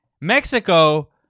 Mexico